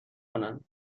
کنند